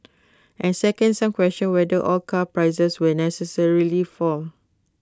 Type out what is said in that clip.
and second some question whether all car prices will necessarily fall